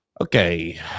Okay